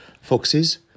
Foxes